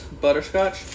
butterscotch